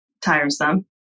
tiresome